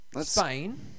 Spain